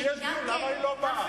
כשיש דיון למה היא לא באה?